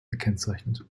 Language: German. gekennzeichnet